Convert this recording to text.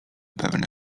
pewne